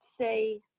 say